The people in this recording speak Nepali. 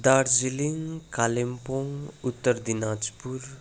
दार्जिलिङ कालिम्पोङ उत्तर दिनाजपुर